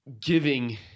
giving